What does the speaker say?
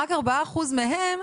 רק 4% מהם,